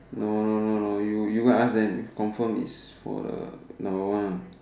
no no no no you you go and ask them it's confirm it's for the number one one